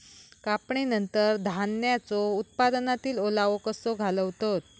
कापणीनंतर धान्यांचो उत्पादनातील ओलावो कसो घालवतत?